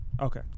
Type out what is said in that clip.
Okay